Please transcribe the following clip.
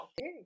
okay